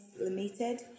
Limited